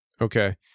Okay